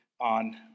on